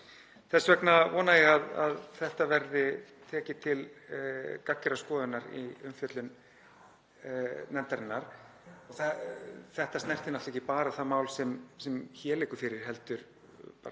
Þess vegna vona ég að þetta verði tekið til gagngerrar skoðunar í umfjöllun nefndarinnar. Þetta snertir náttúrlega ekki bara það mál sem hér liggur fyrir heldur allt